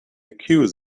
accuse